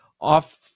off